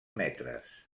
metres